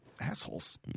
assholes